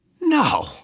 No